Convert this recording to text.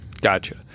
Gotcha